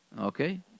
Okay